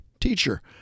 Teacher